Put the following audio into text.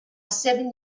seven